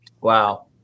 Wow